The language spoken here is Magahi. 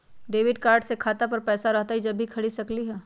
डेबिट कार्ड से खाता पर पैसा रहतई जब ही खरीद सकली ह?